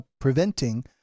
preventing